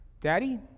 daddy